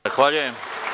Zahvaljujem.